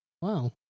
Wow